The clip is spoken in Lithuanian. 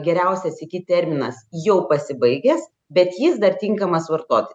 geriausias iki terminas jau pasibaigęs bet jis dar tinkamas vartoti